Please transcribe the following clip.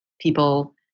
people